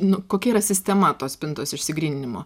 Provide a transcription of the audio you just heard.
nu kokia yra sistema tos spintos išsigryninimo